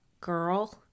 girl